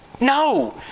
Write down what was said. No